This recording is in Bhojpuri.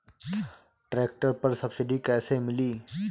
ट्रैक्टर पर सब्सिडी कैसे मिली?